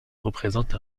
représente